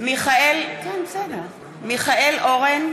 שתתחיל מההתחלה.